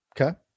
okay